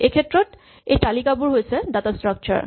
এইক্ষেত্ৰত এই তালিকাবোৰ হৈছে ডাটা স্ট্ৰাক্সাৰ